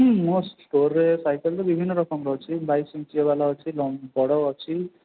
ହୁଁ ମୋ ଷ୍ଟୋରରେ ସାଇକେଲ ତ ବିଭିନ୍ନ ରକମର ଅଛି ବାଇଶ ଇଞ୍ଚିଆ ବାଲା ଅଛି ବଡ଼ ଅଛି